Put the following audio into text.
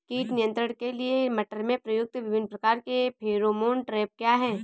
कीट नियंत्रण के लिए मटर में प्रयुक्त विभिन्न प्रकार के फेरोमोन ट्रैप क्या है?